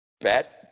bet